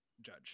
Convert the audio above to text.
judge